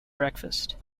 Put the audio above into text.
breakfast